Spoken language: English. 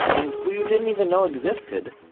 and who you didn't even know existed,